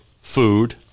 food